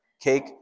Cake